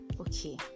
okay